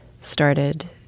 started